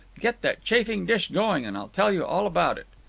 get that chafing-dish going and i'll tell you all about it.